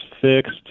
fixed